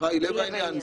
היא לב העניין.